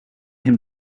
him